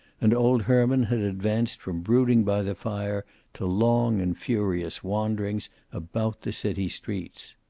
and old herman had advanced from brooding by the fire to long and furious wanderings about the city streets.